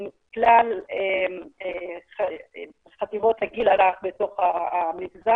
עם כלל חטיבות הגיל הרך בתוך המגזר.